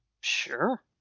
Sure